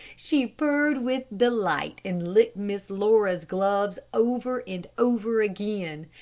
she purred with delight, and licked miss laura's gloves over and over again.